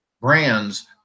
brands